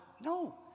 No